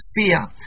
fear